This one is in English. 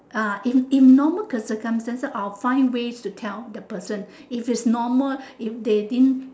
ah in in normal circumstances I'll find ways to tell the person if it's normal if they didn't